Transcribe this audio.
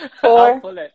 four